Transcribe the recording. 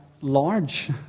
large